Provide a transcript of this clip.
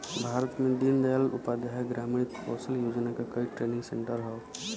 भारत में दीन दयाल उपाध्याय ग्रामीण कौशल योजना क कई ट्रेनिंग सेन्टर हौ